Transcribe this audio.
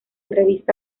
revista